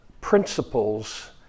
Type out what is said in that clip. principles